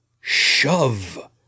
shove